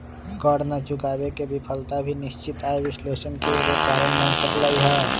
कर न चुकावे के विफलता भी निश्चित आय विश्लेषण के एगो कारण बन सकलई ह